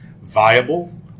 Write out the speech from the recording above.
viable